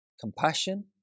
compassion